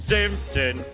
Simpson